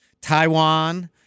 Taiwan